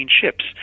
ships